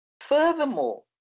Furthermore